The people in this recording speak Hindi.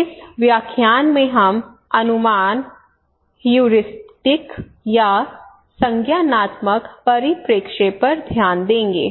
इस व्याख्यान में हम अनुमान या संज्ञानात्मक परिप्रेक्ष्य पर ध्यान देंगे